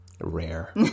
Rare